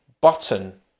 button